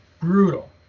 brutal